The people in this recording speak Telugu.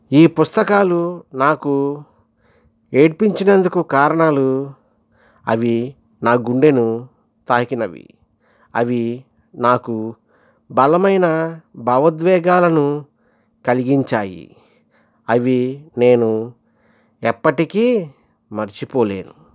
ఈ పుస్తకాలు నాకు ఏడ్పించినందుకు కారణాలు అవి నా గుండెను తాకినవి అవి నాకు బలమైన భావ ఉద్వేగాలను కలిగించాయి అవి నేను ఎప్పటికీ మర్చిపోలేను